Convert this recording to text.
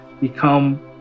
become